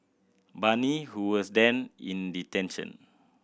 Bani who was then in detention